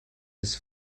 his